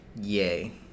Yay